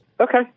okay